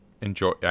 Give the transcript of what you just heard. enjoy